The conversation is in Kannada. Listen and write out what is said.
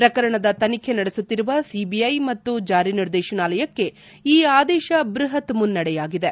ಪ್ರಕರಣದ ತನಿಖೆ ನಡೆಸುತ್ತಿರುವ ಸಿಬಿಐ ಮತ್ತು ಜಾರಿ ನಿರ್ದೇಶನಾಲಯಕ್ಕೆ ಈ ಆದೇಶ ಬೃಹತ್ ಮುನ್ನಡೆಯಾಗಿದೆ